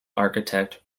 architect